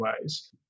ways